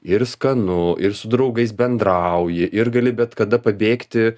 ir skanu ir su draugais bendrauji ir gali bet kada pabėgti